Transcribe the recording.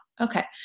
okay